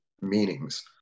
meanings